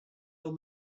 old